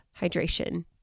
hydration